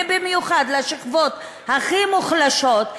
ובמיוחד לשכבות הכי מוחלשות,